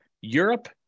Europe